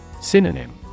SYNONYM